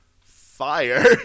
fire